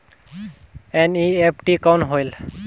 NEFT कौन होएल?